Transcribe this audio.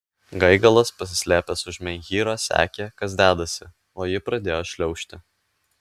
gaigalas pasislėpęs už menhyro sekė kas dedasi o ji pradėjo šliaužti